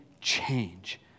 change